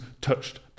touched